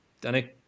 Danny